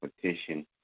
petition